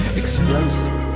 explosive